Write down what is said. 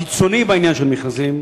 הקיצוני בעניין של מכרזים,